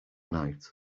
night